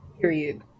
Period